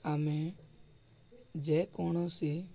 ଆମେ ଯେକୌଣସି